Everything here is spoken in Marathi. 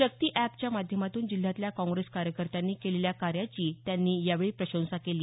शक्ती अॅपच्या माध्यमातून जिल्ह्यातल्या काँगेस कार्यकर्त्यांनी केलेल्या कार्याची त्यांनी यावेळी प्रशंसा केली